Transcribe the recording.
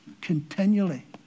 continually